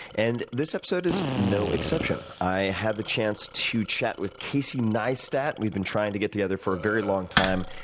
and this episode is no exception. i had the chance to chat with casey neistat. we've been trying to get together for a very long time.